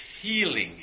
healing